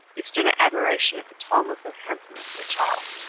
he stood in admiration at the tallness and handsomeness of the child,